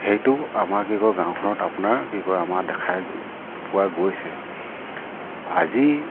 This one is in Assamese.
সেইটো আমাৰ কি কয় গাঁওখনত আপোনাৰ কি কয় আমাৰ দেখাই যে পোৱা গৈছে আজি